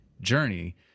journey